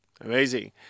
Amazing